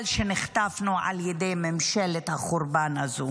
שנחטפנו על ידי ממשלת החורבן הזאת.